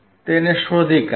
તેને શોધી કાઢો